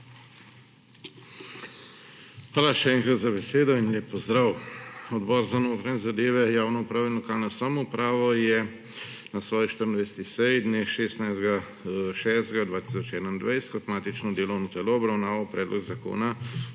Hvala, še enkrat, za besedo in lep pozdrav! Odbor za notranje zadeve, javno upravo in lokalno samoupravo je na svoji 24. seji dne 16. 6. 2021 kot matično delovno telo obravnaval Predlog zakona